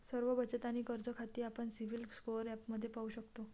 सर्व बचत आणि कर्ज खाती आपण सिबिल स्कोअर ॲपमध्ये पाहू शकतो